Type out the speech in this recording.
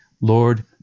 Lord